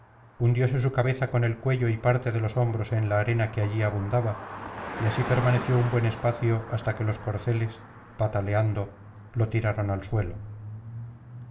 hundióse su cabeza con el cuello y parte de los hombros en la arena que allí abundaba y así permaneció un buen espacio hasta que los corceles pataleando lo tiraron al suelo